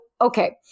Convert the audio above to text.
okay